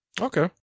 Okay